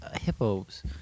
hippos